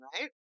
right